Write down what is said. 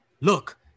Look